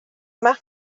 yma